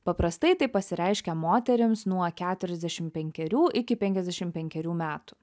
paprastai tai pasireiškia moterims nuo keturiasdešim penkerių iki penkiasdešim penkerių metų